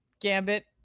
gambit